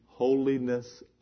Holiness